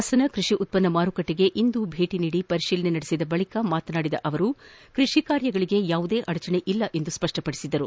ಹಾಸನ ಕೃಷಿ ಉತ್ಪನ್ನ ಮಾರುಕಟ್ಟೆಗೆ ಇಂದು ಭೇಟಿ ನೀಡಿ ಪರಿತೀಲನೆ ನಡೆಸಿದ ಬಳಿಕ ಮಾತನಾಡಿದ ಅವರು ಕೃಷಿ ಕಾರ್ಯಗಳಿಗೆ ಯಾವುದೇ ಅಡಚಣೆ ಇಲ್ಲ ಎಂದು ಸ್ಪಷ್ಟಪಡಿಸಿದರು